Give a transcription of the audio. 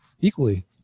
equally